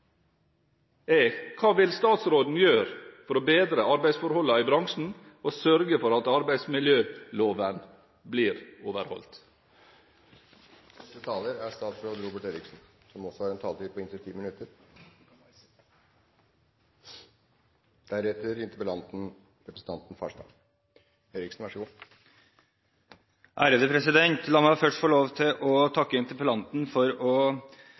Hva vil statsråden gjøre for å bedre arbeidsforholdene i bransjen og sørge for at arbeidsmiljøloven blir overholdt? La meg først få lov til å takke interpellanten for å ta opp en viktig sak til debatt. Bransjen som representanten her setter søkelyset på, får dessverre mye negativ oppmerksomhet for tiden. La meg